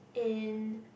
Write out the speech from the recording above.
in